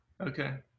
Okay